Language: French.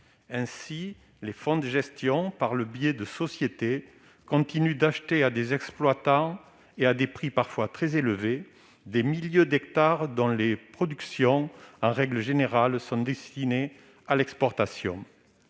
Ainsi, les fonds de gestion, par le biais de sociétés, continuent d'acheter à des exploitants et à des prix parfois très élevés des milliers d'hectares dont les productions sont en règle générale destinées à l'exportation.